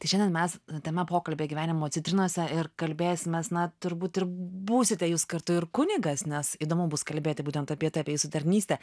tai šiandien mes tema pokalbio gyvenimo citrinose ir kalbėsimės na turbūt ir būsite jūs kartu ir kunigas nes įdomu bus kalbėti būtent apie tai apie jūsų tarnystę